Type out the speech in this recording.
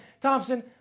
Thompson